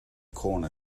corner